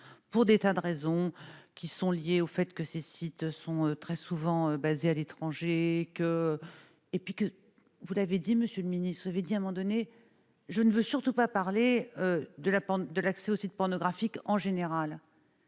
pour des tas de raisons qui sont liées au fait que ces sites sont très souvent basés à l'étranger et que, et puis que vous l'avez dit, monsieur le ministre avait dû abandonner, je ne veux surtout pas parler de la part de l'accès aux sites pornographiques en général.